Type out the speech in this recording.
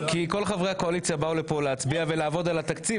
כי כל חברי הקואליציה באו לפה להצביע ולעבוד על התקציב,